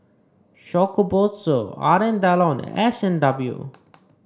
Shokubutsu Alain Delon and S and W